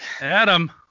Adam